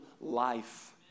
life